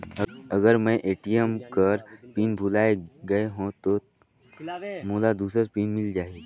अगर मैं ए.टी.एम कर पिन भुलाये गये हो ता मोला दूसर पिन मिल जाही?